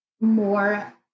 more